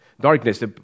darkness